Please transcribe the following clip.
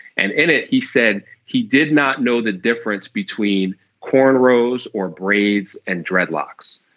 and in it he said he did not know the difference between cornrows or braids and dreadlocks.